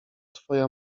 twoja